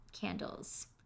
candles